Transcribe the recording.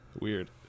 Weird